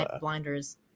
blinders